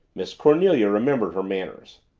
miss cornelia remembered her manners.